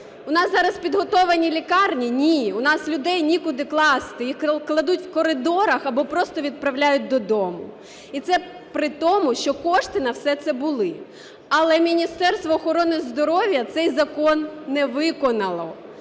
У нас зараз підготовлені лікарні? Ні, у нас людей нікуди класти, їх кладуть в коридорах або просто відправляють додому. І це при тому, що кошти на все це були. Але Міністерство охорони здоров'я цей закон не виконало.